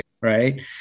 Right